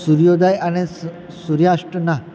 સૂર્યોદય અને સૂર્યાસ્તના